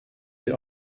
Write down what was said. die